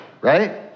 Right